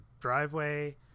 driveway